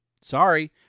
Sorry